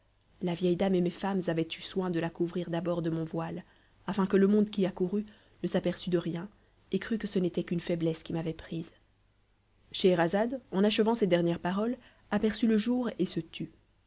la vieille dame et mes femmes avaient eu soin de la couvrir d'abord de mon voile afin que le monde qui accourut ne s'aperçût de rien et crût que ce n'était qu'une faiblesse qui m'avait prise scheherazade en achevant ces dernières paroles aperçut le jour et se tut